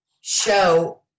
show